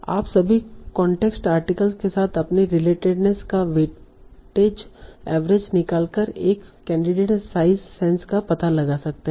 आप सभी context articles के साथ अपनी रिलेटेडनेस का वेटेड एवरेज निकालकर एक कैंडिडेट साइज़ सेंस का पता लगा सकते हैं